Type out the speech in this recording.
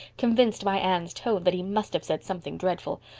convinced by anne's tone that he must have said something dreadful.